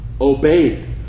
Obeyed